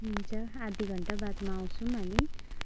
हुन्छ आधी घण्टा बादमा आउँछौँ हामी